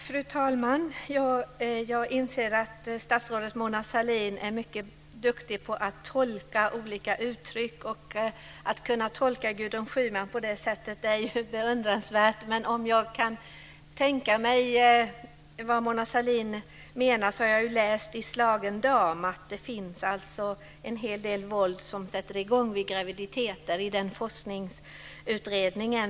Fru talman! Jag inser att statsrådet Mona Sahlin är mycket duktig på att tolka olika uttryck. Det är beundransvärt att kunna tolka Gudrun Schyman på det sättet! När jag tänker mig vad Mona Sahlin menar så tänker jag på att jag har läst i forskningsutredningen Slagen dam att det finns en hel del våld som sätter i gång vid graviditeter.